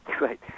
Right